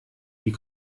wie